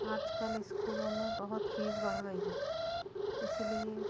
आजकल इस्कूलों में बहुत फ़ीस बढ़ गई है इसलिए